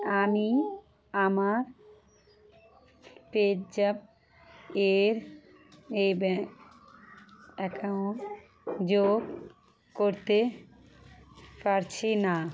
আমি আমার পেজ্যাপ এর এ ব্যা অ্যাকাউন্ট যোগ করতে পারছি না